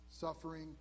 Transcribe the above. suffering